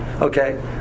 okay